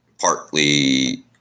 partly